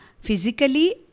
physically